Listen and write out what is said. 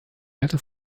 lehrte